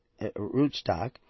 rootstock